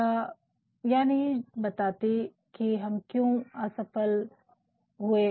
ये यह नहीं बताती है कि हम असफल क्यों हुए